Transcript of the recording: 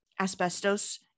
asbestos